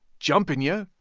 jumping you.